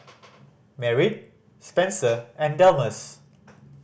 Merritt Spenser and Delmus